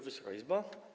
Wysoka Izbo!